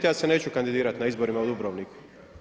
Ja se neću kandidirati na izborima u Dubrovniku.